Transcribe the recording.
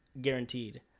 guaranteed